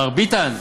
מר ביטן,